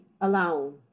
alone